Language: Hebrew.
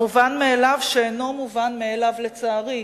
המובן מאליו, שאינו מובן מאליו, לצערי,